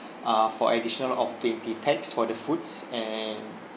uh for additional of twenty pax for the foods and